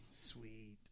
Sweet